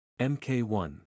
MK1